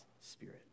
Spirit